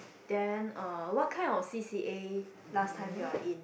then uh what kind of c_c_a last time you are in